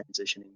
transitioning